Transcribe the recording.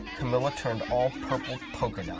camilla turned all purple polka dots.